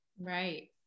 Right